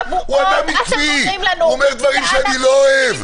הוא אומר דברים שאני לא אוהב,